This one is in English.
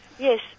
Yes